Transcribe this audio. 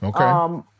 Okay